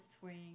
swing